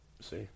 See